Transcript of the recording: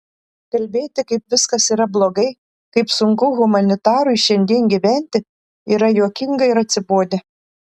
kalbėti kaip viskas yra blogai kaip sunku humanitarui šiandien gyventi yra juokinga ir atsibodę